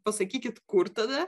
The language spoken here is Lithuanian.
pasakykit kur tada